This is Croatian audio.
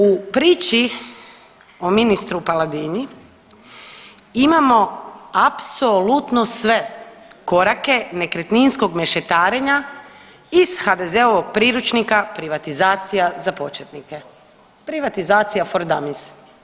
U priči o ministru Paladini imamo apsolutno sve korake nekretninskog mešetarenja iz HDZ-ovog priručnika privatizacija za početnike, privatizacija for dummies.